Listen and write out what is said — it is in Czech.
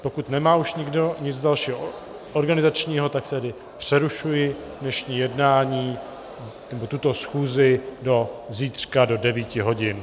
Pokud nemá už nikdo nic dalšího organizačního, tak tedy přerušuji dnešní jednání, nebo tuto schůzi, do zítřka do devíti hodin.